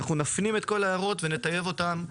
אנחנו נפנים את כל ההערות ונטייב אותן.